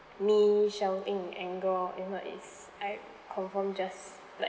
me shouting in anger in you know is I confirm just like